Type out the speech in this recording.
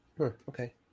Okay